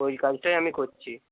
ওই কাজটাই আমি করছি